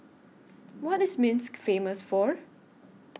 What IS Minsk Famous For